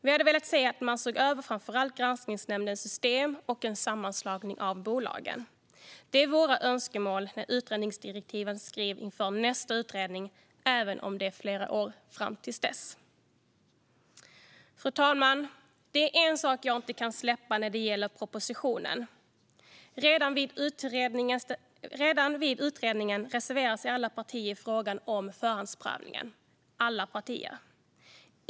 Vi hade velat att man såg över framför allt Granskningsnämndens system och en sammanslagning av bolagen. Det är våra önskemål när utredningsdirektiven inför nästa utredning skrivs, även om det är flera år till dess. Fru talman! Det är en sak jag inte kan släppa när det gäller propositionen. Redan vid utredningen reserverade sig alla partier i frågan om förhandsprövning - alla partier.